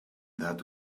that